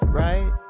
right